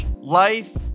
life